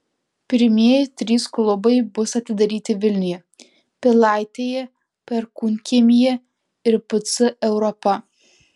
pirmieji trys klubai bus atidaryti vilniuje pilaitėje perkūnkiemyje ir pc europa